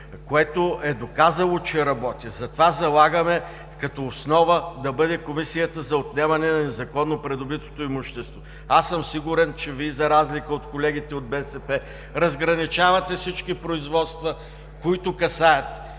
което е доказало, че работи. Затова залагаме като основа да бъде Комисията за отнемане на незаконно придобитото имущество. Сигурен съм, че Вие, за разлика от колегите от БСП, разграничавате всички производства, които касаят